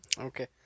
Okay